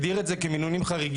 הוא הגדיר את זה כמינונים חריגים.